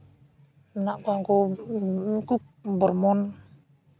ᱢᱮᱱᱟᱜ ᱠᱚᱣᱟ ᱩᱱᱠᱩ ᱩᱱᱠᱩ ᱵᱚᱨᱢᱚᱱ